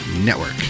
Network